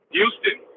Houston